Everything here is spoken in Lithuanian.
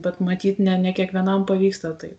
bet matyt ne ne kiekvienam pavyksta taip